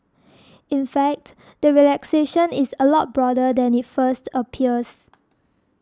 in fact the relaxation is a lot broader than it first appears